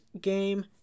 game